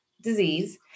disease